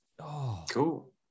Cool